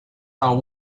are